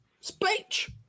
Speech